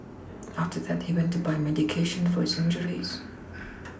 after that he went to buy medication for his injuries